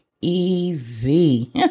easy